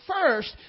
first